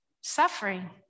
suffering